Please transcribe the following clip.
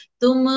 tum